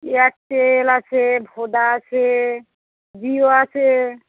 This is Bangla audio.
এয়ারটেল আছে ভোডা আছে জিও আছে